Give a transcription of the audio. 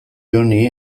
joni